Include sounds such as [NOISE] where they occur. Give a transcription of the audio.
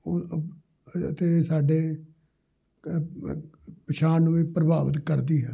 [UNINTELLIGIBLE] ਅਤੇ ਸਾਡੇ [UNINTELLIGIBLE] ਪਛਾਣ ਨੂੰ ਵੀ ਪ੍ਰਭਾਵਿਤ ਕਰਦੀ ਹੈ